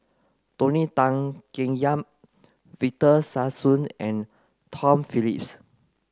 Tony Tan Keng Yam Victor Sassoon and Tom Phillips